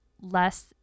less